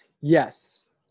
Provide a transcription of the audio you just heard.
Yes